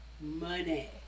money